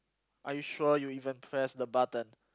are you sure you even press the button